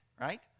right